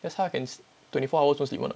that's how I can twenty four hours don't sleep [one] [what]